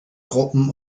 gruppen